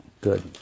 good